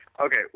Okay